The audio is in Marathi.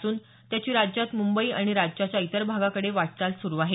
असून त्याची राज्यात मुंबई आणि राज्याच्या इतर भागाकडे वाटचाल सुरू आहे